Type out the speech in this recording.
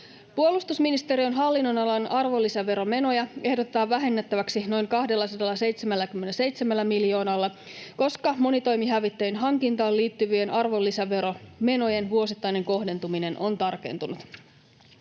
Puolustusministeriön hallinnonalan arvonlisäveromenoja ehdotetaan vähennettäväksi noin 277 miljoonalla, koska monitoimihävittäjien hankintaan liittyvien arvonlisäveromenojen vuosittainen kohdentuminen on tarkentunut.